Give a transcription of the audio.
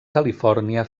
califòrnia